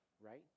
right